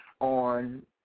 on